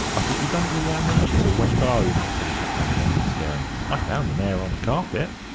i thought you'd done it with the ammer and chisel when you got ome, said his landlady, staring. i found them ere on the carpet.